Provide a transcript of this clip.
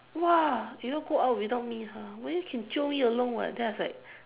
!wah! you all go out without me ah always can jio me along [what] then I was like